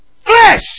Flesh